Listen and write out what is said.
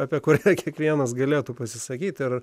apie kur kiekvienas galėtų pasisakyti ir